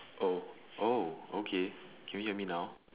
oh oh okay can you hear me now